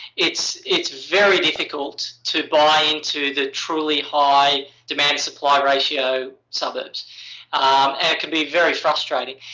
it's it's very difficulty to buy into the truly high demand-supply ratio suburbs and it can be very frustrating.